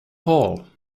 hall